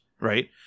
right